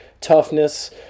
toughness